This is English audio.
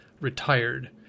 retired